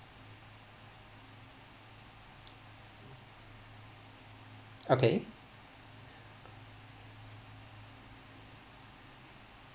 okay